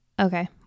okay